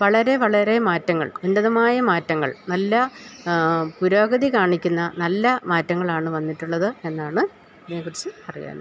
വളരെ വളരെ മാറ്റങ്ങൾ ഖണ്ഡിതമായ മാറ്റങ്ങൾ നല്ല പുരോഗതി കാണിക്കുന്ന നല്ല മാറ്റങ്ങളാണു വന്നിട്ടുള്ളത് എന്നാണ് ഇതിനെക്കുറിച്ചു പറയാനുള്ളത്